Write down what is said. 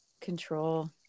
control